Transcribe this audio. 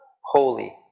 holy